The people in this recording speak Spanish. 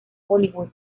bollywood